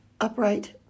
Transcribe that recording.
upright